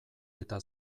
eta